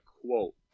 quote